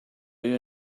you